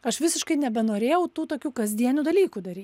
aš visiškai nebenorėjau tų tokių kasdienių dalykų dary